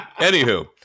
Anywho